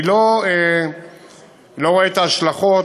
אני לא רואה את ההשלכות.